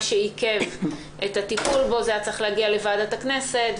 מה שעיכב את הטיפול בו שזה היה צריך להגיע לוועדת הכנסת,